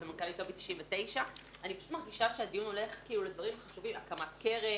סמנכ"לית לובי 99. אני מרגישה שהדיון הולך לדברים חשובים כמו הקמת קרן